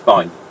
Fine